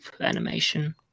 animation